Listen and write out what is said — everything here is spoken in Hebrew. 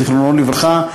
זיכרונו לברכה,